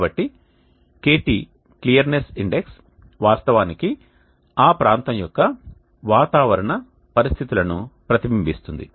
కాబట్టి kt clearness index వాస్తవానికి ఆ ప్రాంతం యొక్క వాతావరణ పరిస్థితులను ప్రతిబింబిస్తుంది